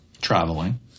Traveling